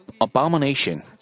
abomination